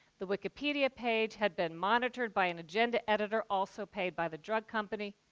the wikipedia page had been monitored by an agenda editor, also paid by the drug company.